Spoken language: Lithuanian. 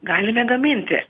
galime gaminti